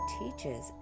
teaches